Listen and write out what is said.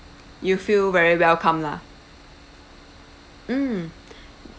you feel very welcomed lah mm